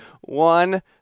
one